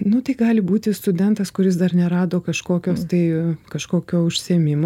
nu tai gali būti studentas kuris dar nerado kažkokios tai kažkokio užsiėmimo